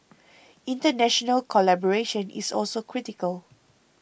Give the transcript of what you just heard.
international collaboration is also critical